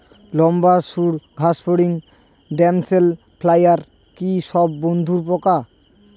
লম্বা সুড় ঘাসফড়িং ড্যামসেল ফ্লাইরা কি সব বন্ধুর পোকা?